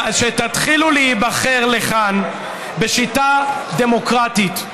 כשתתחילו להיבחר לכאן בשיטה דמוקרטית,